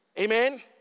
Amen